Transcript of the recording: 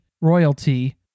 royalty